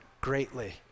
greatly